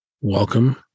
Welcome